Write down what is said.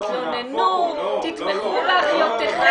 תתלוננו, תתמכו באחיותיכן.